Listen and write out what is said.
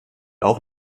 auch